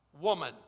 woman